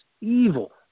evil